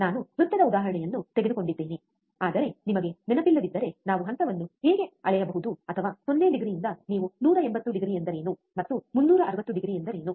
ನಾನು ವೃತ್ತದ ಉದಾಹರಣೆಯನ್ನು ತೆಗೆದುಕೊಂಡಿದ್ದೇನೆ ಆದರೆ ನಿಮಗೆ ನೆನಪಿಲ್ಲದಿದ್ದರೆ ನಾವು ಹಂತವನ್ನು ಹೇಗೆ ಅಳೆಯಬಹುದು ಅಥವಾ 0 ಡಿಗ್ರಿಯಿಂದ ನೀವು 180ಡಿಗ್ರಿ ಎಂದರೇನು ಮತ್ತು 360ಡಿಗ್ರಿ ಎಂದರೇನು